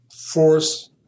force